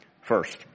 first